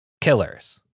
killers